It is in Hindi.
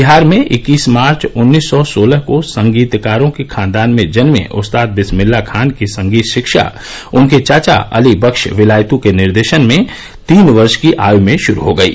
बिहार में इक्कीस मार्च उन्नीस सौ सोलह को संगीतकारों के खानदान में जन्में उस्ताद विस्मिल्लाह खान की संगीत शिक्षा उनके चाचा अली बख्श विलायत् के निर्देशन में तीन वर्ष की आय में श्रू हो गयी